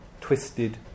twisted